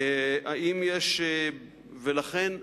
לכן,